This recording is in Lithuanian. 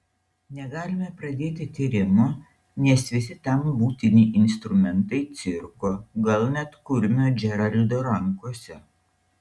negalime pradėti tyrimo nes visi tam būtini instrumentai cirko gal net kurmio džeraldo rankose